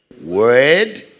word